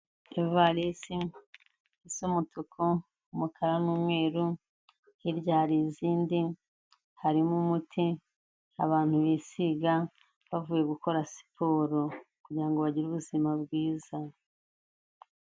Evarisi z'umutuku, umukara n'umweru hirya hari izindi. Harimo umuti abantu bisiga bavuye gukora siporo kugira ngo bagire ubuzima bwiza.